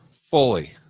fully